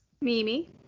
Mimi